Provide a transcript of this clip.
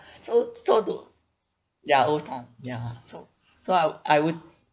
so so to ya old town ya so so I I would